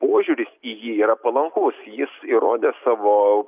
požiūris į jį yra palankus jis įrodė savo